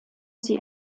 sie